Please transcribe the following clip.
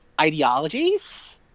ideologies